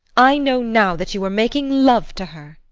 i know now that you were making love to her.